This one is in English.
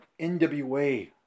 NWA